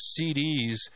CDs